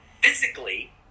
Physically